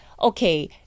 okay